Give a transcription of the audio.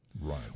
Right